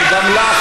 בבקשה?